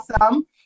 awesome